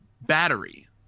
Battery